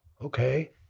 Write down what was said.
Okay